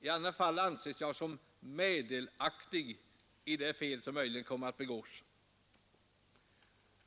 I annat fall ansågs jag vara meddelaktig i det fel som möjligen komme att begås.